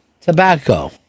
tobacco